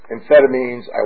Amphetamines